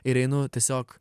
ir einu tiesiog